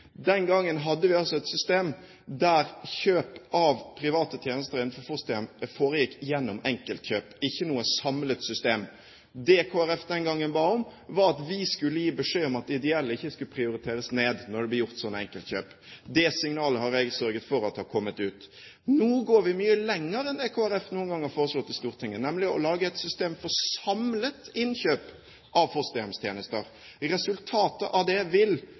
Den gangen hadde vi altså et system der kjøp av private tjenester innenfor fosterhjem foregikk gjennom enkeltkjøp, ikke ved noe samlet system. Det Kristelig Folkeparti den gangen ba om, var at vi skulle gi beskjed om at de ideelle ikke skulle prioriteres ned når det ble gjort slike enkeltkjøp. Jeg har sørget for at det signalet har kommet ut. Nå går vi mye lenger enn det Kristelig Folkeparti noen gang har foreslått i Stortinget, nemlig å lage et system for samlet innkjøp av fosterhjemstjenester. Resultatet av det